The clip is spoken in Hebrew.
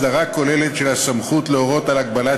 הסדרה כוללת של הסמכות להורות על הגבלת